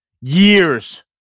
Years